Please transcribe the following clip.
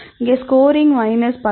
இங்கே scoring minus 10